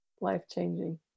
life-changing